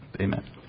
Amen